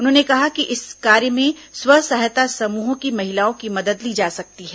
उन्होंने कहा कि इस कार्य में स्व सहायता समूहों की महिलाओं की मदद ली जा सकती है